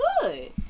good